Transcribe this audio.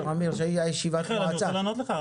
כשהייתה ישיבת מועצה --- אני רוצה לענות לך.